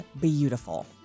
beautiful